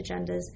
agendas